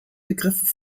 begriff